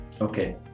Okay